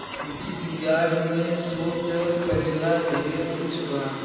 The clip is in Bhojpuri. कृषि विज्ञान में शोध करेला ढेर कुछ बा